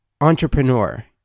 entrepreneur